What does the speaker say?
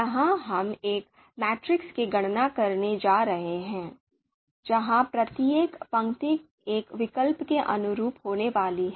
यहां हम एक मैट्रिक्स की गणना करने जा रहे हैं जहां प्रत्येक पंक्ति एक विकल्प के अनुरूप होने वाली है